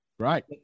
Right